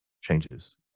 Changes